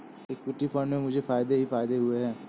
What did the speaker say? equity fund से मुझे फ़ायदे ही फ़ायदे हुए हैं